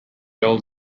well